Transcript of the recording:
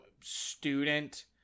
student